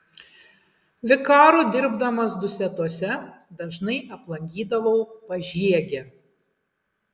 vikaru dirbdamas dusetose dažnai aplankydavau pažiegę